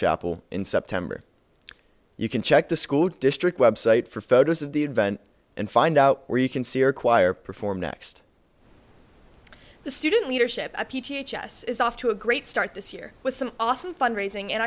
chapel in september you can check the school district website for photos of the event and find out where you can see your choir perform next the student leadership is off to a great start this year with some awesome fundraising and